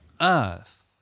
earth